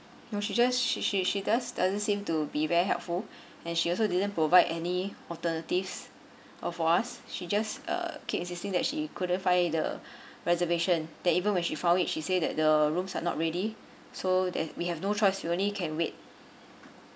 no she just she she she does doesn't seem to be very helpful and she also didn't provide any alternatives or for us she just uh keep insisting that she couldn't find the reservation that even when she found it she say that the rooms are not ready so that we have no choice we only can wait